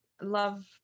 love